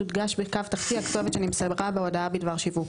תודגש בקו תחתי הכתובת שנמסרה בהודעה בדבר שיווק,